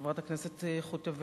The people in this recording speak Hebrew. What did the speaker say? חברת הכנסת חוטובלי.